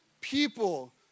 people